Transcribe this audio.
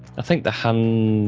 i think the handler,